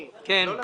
אני לא לחוץ.